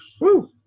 Woo